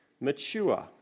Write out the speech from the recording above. mature